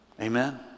Amen